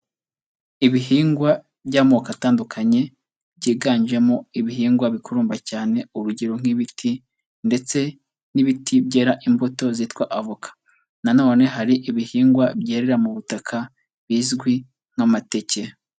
Ibihingwa by'amoko atandukanye, byiganjemo ibihingwa bikurumba cyane urugero nk'ibiti, ndetse n'ibiti byera imbuto zitwa avoka, nanone hari ibihingwa byerera mu butaka bizwi nk'amateke.